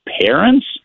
parents